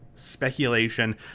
speculation